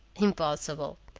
impossible!